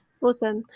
Awesome